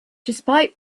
despite